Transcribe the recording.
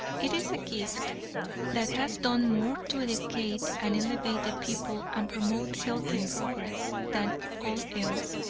it is a gift that has done more to educate and elevate the people and promote healthy progress than all else,